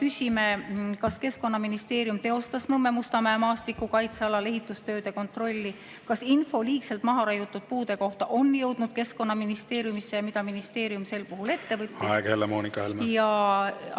Küsime, kas Keskkonnaministeerium teostas Nõmme–Mustamäe maastikukaitsealal ehitustööde kontrolli. Kas info liigselt maha raiutud puude kohta on jõudnud Keskkonnaministeeriumisse ja mida ministeerium sel puhul ette võttis? Aeg, Helle-Moonika Helme!